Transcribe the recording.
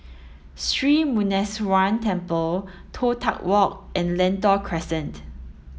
Sri Muneeswaran Temple Toh Tuck Walk and Lentor Crescent